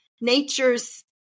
nature's